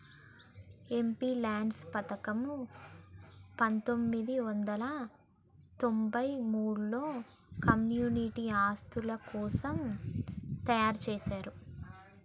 MPLADS పథకం పందొమ్మిది వందల తొంబై మూడులో కమ్యూనిటీ ఆస్తుల కోసం తయ్యారుజేశారు